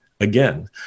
again